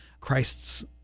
Christ's